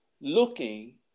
looking